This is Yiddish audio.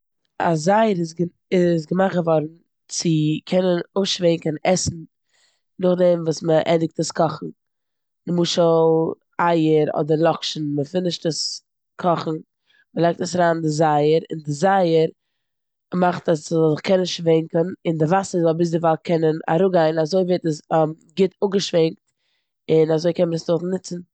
א זייער איז גע- איז געמאכט געווארן צו קענען אפשווענקען עסן נאכדעם וואס מ'ענדיגט עס קאכן. נמשל אייער אדער לאקשן, מ'פינישט עס קאכן, מ'לייגט עס אריין אין די זייער און די זייער מאכט אז ס'זאל זיך קענען שווענקן און די וואסער זאל ביזדערווייל קענען אראפגיין אזוי ווערט עס גוט אפגעשווענקט און אזוי קען מען עס נאכדעם נוצן.